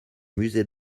musée